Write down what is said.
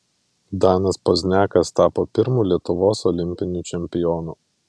danas pozniakas tapo pirmu lietuvos olimpiniu čempionu